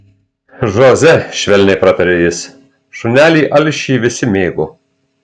žoze švelniai prataria jis šunelį alšį visi mėgo